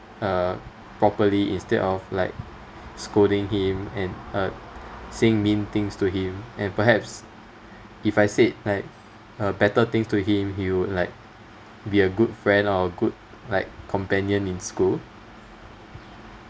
uh properly instead of like scolding him and uh saying mean things to him and perhaps if I said like uh better things to him he would like be a good friend or a good like companion in school